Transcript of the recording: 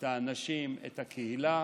את האנשים, את הקהילה,